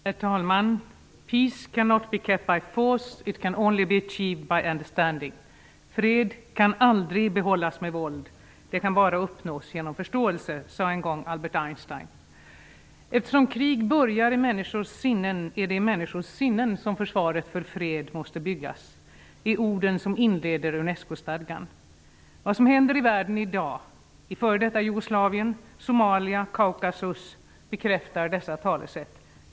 Herr talman! ''Peace cannot be kept by force, it can only be achieved by understanding''. ''Fred kan aldrig behållas med våld, den kan bara uppnås genom förståelse'' sade en gång Albert Einstein. ''Eftersom krig börjar i människors sinnen, är det i människors sinnen som försvaret för fred måste byggas'' är orden som inleder Unescostadgan. Vad som händer i världen i dag -- i f.d. Jugoslavien, Somalia, Kaukasus -- bekräftar dessa talesätt.